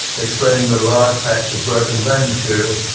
explaining the large patch of broken vein material.